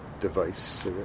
device